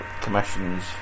commissions